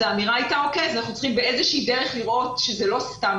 אז האמירה הייתה שאנחנו צריכים באיזושהי דרך לראות שזה לא סתם